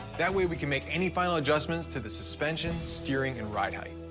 that way we can make any final adjustments to the suspension, steering, and ride height.